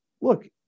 look